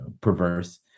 perverse